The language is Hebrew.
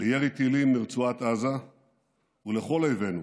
בירי טילים מרצועת עזה ולכל אויבינו,